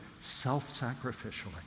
self-sacrificially